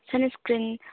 sun screen